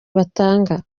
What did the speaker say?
batanga